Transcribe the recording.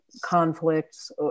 conflicts